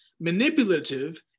manipulative